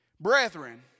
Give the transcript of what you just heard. Brethren